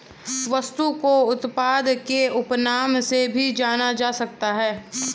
वस्तु को उत्पाद के उपनाम से भी जाना जा सकता है